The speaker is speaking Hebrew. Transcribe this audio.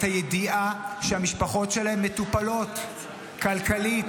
הידיעה שהמשפחות שלהם מטופלות כלכלית,